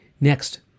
next